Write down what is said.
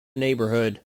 neighborhood